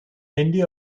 handy